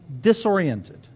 disoriented